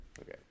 Okay